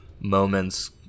moments